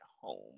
home